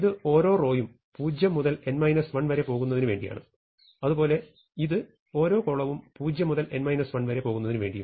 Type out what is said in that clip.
ഇത് ഓരോ റോയും 0 മുതൽ n 1 വരെ പോകുന്നതിനു വേണ്ടിയാണ് അതുപോലെ ഇത് ഓരോ കോളവും 0 മുതൽ n 1 വരെ പോകുന്നതിനു വേണ്ടിയും